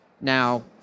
Now